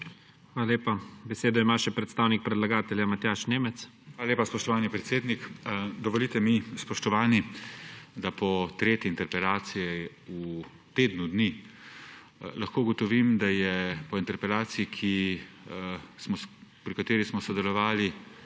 Hvala lepa. Besedo ima še predstavnik predlagatelja Matjaž Nemec. **MATJAŽ NEMEC (PS SD):** Hvala lepa, spoštovani predsednik. Dovolite mi, spoštovani, da po tretji interpelaciji v tednu dni lahko ugotovim, da je po interpelaciji, pri kateri smo sodelovali